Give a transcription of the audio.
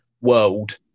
world